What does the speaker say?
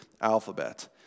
alphabet